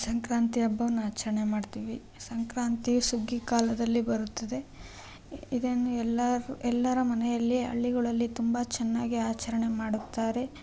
ಸಂಕ್ರಾಂತಿ ಹಬ್ಬವನ್ನು ಆಚರಣೆ ಮಾಡ್ತೀವಿ ಸಂಕ್ರಾಂತಿಯೂ ಸುಗ್ಗಿ ಕಾಲದಲ್ಲಿ ಬರುತ್ತದೆ ಇದನ್ನು ಎಲ್ಲರೂ ಎಲ್ಲರ ಮನೆಯಲ್ಲಿ ಹಳ್ಳಿಗಳಲ್ಲಿ ತುಂಬ ಚೆನ್ನಾಗೇ ಆಚರಣೆ ಮಾಡುತ್ತಾರೆ